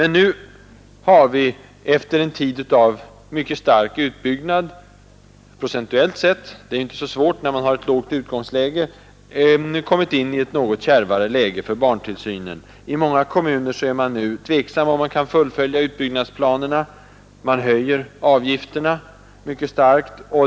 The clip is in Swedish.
Nu har vi efter en tid av mycket stark utbyggnad, procentuellt sett — det är inte så svårt, när man har ett lågt utgångsläge — kommit in i ett något kärvare läge för barntillsynen. I många kommuner är man nu tveksam, om man kan fullfölja utbyggnadsplanerna. Man höjer avgifterna mycket starkt.